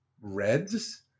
Reds